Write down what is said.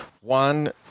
one